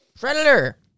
Predator